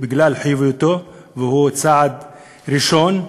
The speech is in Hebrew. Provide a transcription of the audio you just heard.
בגלל חיוביותו, והוא צעד ראשון,